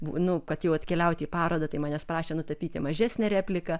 nu kad jau atkeliauti į parodą tai manęs prašė nutapyti mažesnę repliką